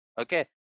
okay